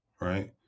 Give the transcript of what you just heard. right